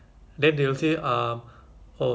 what basic basic functions ah kan